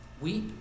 Weep